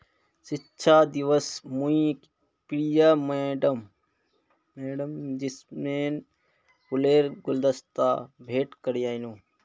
शिक्षक दिवसत मुई प्रिया मैमक जैस्मिन फूलेर गुलदस्ता भेंट करयानू